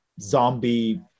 zombie